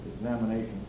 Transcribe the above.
examination